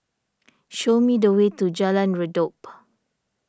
show me the way to Jalan Redop